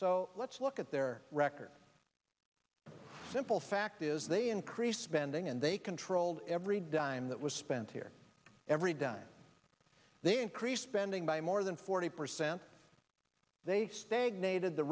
so let's look at their record simple fact is they increased spending and they controlled every dime that was spent here every dime they increased spending by more than forty percent they stagnate in the